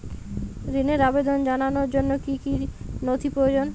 ঋনের আবেদন জানানোর জন্য কী কী নথি প্রয়োজন?